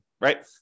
right